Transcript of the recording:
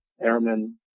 airmen